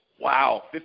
wow